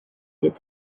did